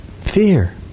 Fear